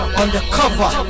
undercover